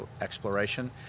exploration